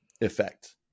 effect